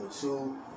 two